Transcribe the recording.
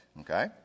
okay